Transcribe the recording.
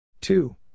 two